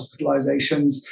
hospitalizations